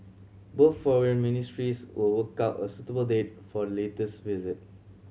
both foreign ministries will work out a suitable date for the latter's visit